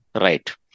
Right